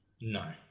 No